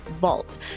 vault